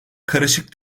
karışık